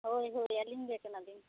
ᱦᱳᱭ ᱦᱳᱭ ᱟᱹᱞᱤᱧ ᱜᱮ ᱠᱟᱱᱟ ᱞᱤᱧ